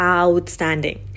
outstanding